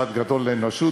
צעד גדול לאנושות.